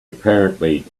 apparently